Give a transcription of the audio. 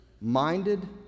minded